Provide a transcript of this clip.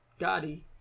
Gotti